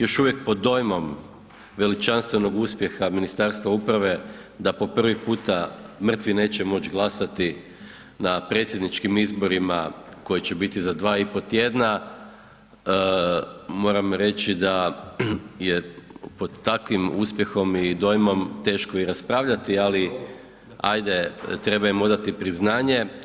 Još uvijek pod dojmom veličanstvenog uspjeha Ministarstva uprave da po prvi puta mrtvi neće moć glasati na predsjedničkim izborima koji će biti za 2,5 tjedna, moram reći da je pod takvih uspjehom i dojmom teško i raspravljati ali ajde treba im odati priznanje.